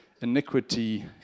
iniquity